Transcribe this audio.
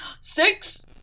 six